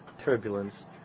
turbulence